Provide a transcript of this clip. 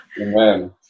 Amen